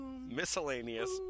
Miscellaneous